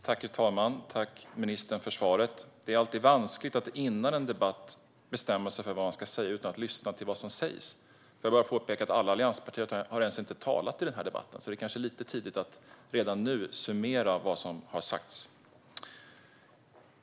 Fru talman! Jag tackar ministern för svaret. Det är alltid vanskligt att före en debatt bestämma sig för hur man ska sammanfatta den. Då har man nämligen inte kunnat lyssna till vad som sägs. Jag vill bara påpeka att inte alla allianspartier har talat i den här debatten. Det kanske är lite tidigt att redan nu summera vad som har sagts.